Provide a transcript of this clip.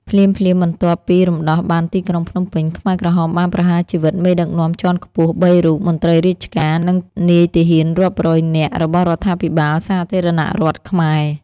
ភ្លាមៗបន្ទាប់ពីរំដោះបានទីក្រុងភ្នំពេញ ខ្មែរក្រហមបានប្រហារជីវិតមេដឹកនាំជាន់ខ្ពស់ ៣ រូប មន្ត្រីរាជការ និងនាយទាហានរាប់រយនាក់របស់រដ្ឋាភិបាលសាធារណរដ្ឋខ្មែរ។